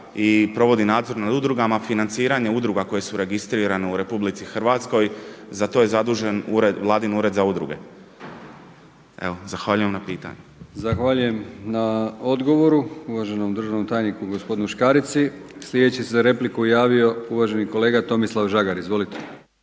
i provodi nadzor nad udrugama. Financiranje udruga koje su registrirane u RH za to je zadužen vladin Ured za udruge. Zahvaljujem na pitanju. **Brkić, Milijan (HDZ)** Zahvaljujem na odgovoru uvaženom državnom tajniku gospodinu Škarici. Sljedeći se za repliku javio uvaženi kolega Tomislav Žagar. Izvolite.